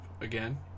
again